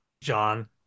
John